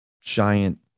giant